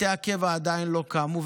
בתי הקבע עדיין לא קמו,